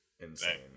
insane